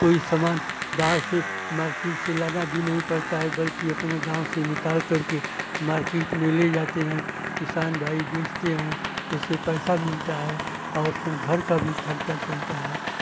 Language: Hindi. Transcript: कोई सामान बाहर से मार्किट से लाना भी नहीं पड़ता है बल्कि अपने गाँव से निकालकर के मार्कीट में ले जाते हैं किसान भाई बेचते हैं उससे पैसा मिलता है और अपना घर का भी खर्चा चलता है